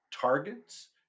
targets